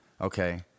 okay